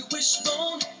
Wishbone